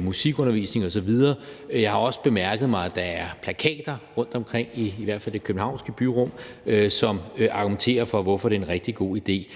musik osv. Jeg har også bemærket, at der er plakater rundtomkring i i hvert fald det københavnske byrum, hvor man argumenterer for, hvorfor det er en rigtig god idé